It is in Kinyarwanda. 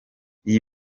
iyi